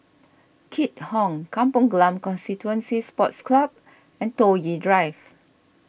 Keat Hong Kampong Glam Constituency Sports Club and Toh Yi Drive